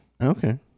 Okay